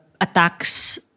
attacks